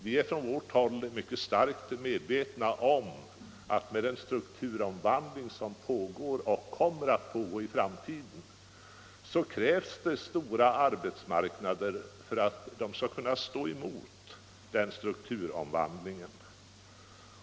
Vi är från vårt håll mycket starkt medvetna om att med den strukturomvandling som pågår och kommer att fortsätta i framtiden krävs det stora och robusta arbetsmarknader för att de skall kunna stå emot den strukturomvandlingen.